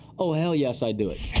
oh, hell yes, i'd do it.